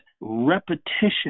repetition